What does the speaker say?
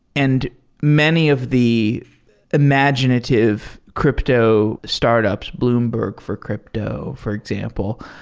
and many of the imaginative crypto startups, bloomberg for crypto for example,